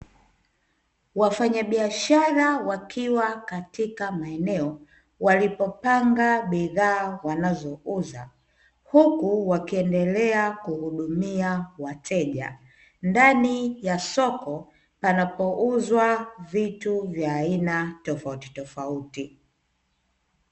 Wafanyabiashara wakiwa katika maeneo walipopanga bidhaa wanazouza huku wakiendelea kuhudumia wateja ndani ya soko panapouzwa vitu vya aina tofautitofauti.